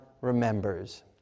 remembers